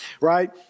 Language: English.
right